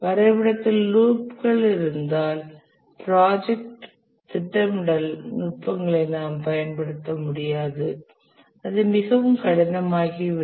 வரைபடத்தில் லூப்ஸ் இருந்தால் ப்ராஜெக்ட் திட்டமிடல் நுட்பங்களை நாம் பயன்படுத்த முடியாது அது மிகவும் கடினமாகிவிடும்